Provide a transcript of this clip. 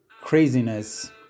craziness